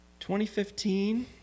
2015